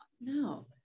No